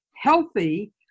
healthy